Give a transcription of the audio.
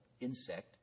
insect